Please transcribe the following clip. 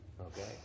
okay